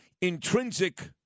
intrinsic